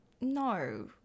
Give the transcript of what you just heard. no